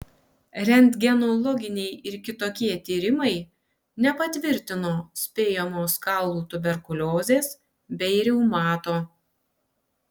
rentgenologiniai ir kitokie tyrimai nepatvirtino spėjamos kaulų tuberkuliozės bei reumato